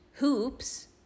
hoops